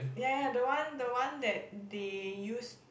yeah the one the one that they use